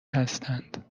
هستند